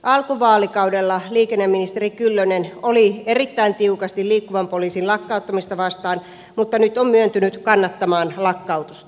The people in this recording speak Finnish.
alkuvaalikaudella liikenneministeri kyllönen oli erittäin tiukasti liikkuvan poliisin lakkauttamista vastaan mutta nyt on myöntynyt kannattamaan lakkautusta